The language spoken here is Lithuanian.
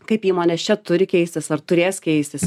kaip įmonės čia turi keistis ar turės keistis